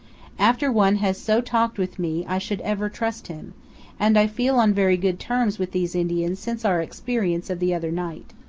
after one has so talked with me i should ever trust him and i feel on very good terms with these indians since our experience of the other night.